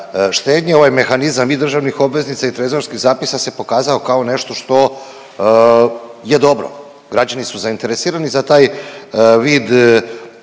štednje, ovaj mehanizam i državnih obveznica i trezorskih zapisa se pokazao kao nešto što je dobro. Građani su zainteresirani za taj vid